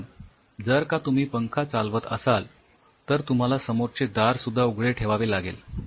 पण जर का तुम्ही पंखा चालवत असाल तर तुम्हाला समोरचे दार सुद्धा उघडे ठेवावे लागेल